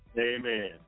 Amen